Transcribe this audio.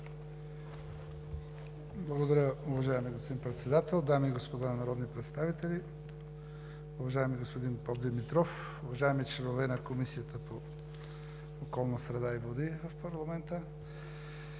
Благодаря, уважаеми господин Председател. Дами и господа народни представители, уважаеми господин Попдимитров, уважаеми членове на Комисията по околната среда и водите в парламента!